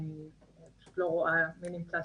אני פשוט לא רואה מי נמצא.